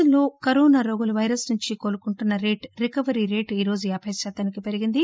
దేశంలో కరోనా రోగులు పైరస్ నుంచి కోలుకుంటున్న రేటు రికవరీ రేటు ఈ రోజు యాభై శాతానికి పెరిగింది